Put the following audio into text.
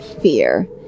Fear